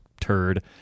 turd